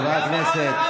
חברי הכנסת.